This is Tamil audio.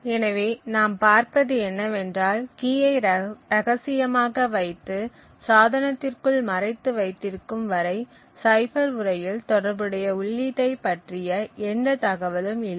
எனவே நாம் பார்ப்பது என்னவென்றால் கீயை ரகசியமாக வைத்து சாதனத்திற்குள் மறைத்து வைத்திருக்கும் வரை சைபர் உரையில் தொடர்புடைய உள்ளீட்டைப் பற்றிய எந்த தகவலும் இல்லை